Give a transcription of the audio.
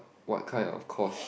what kind of course